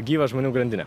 gyvą žmonių grandinę